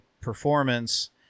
performance